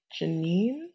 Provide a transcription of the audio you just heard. Janine